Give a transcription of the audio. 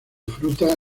fruta